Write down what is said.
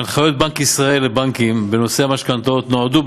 הנחיות בנק ישראל לבנקים בנושאי המשכנתאות נועדו,